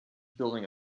building